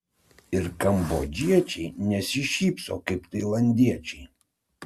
ir kambodžiečiai nesišypso kaip tailandiečiai